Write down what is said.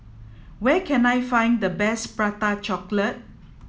where can I find the best prata chocolate